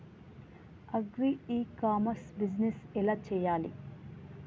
Agri e commerce business ఎలా చెయ్యాలి?